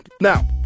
Now